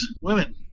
women